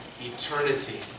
eternity